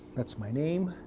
that's my name.